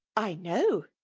i know.